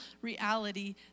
reality